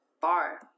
bar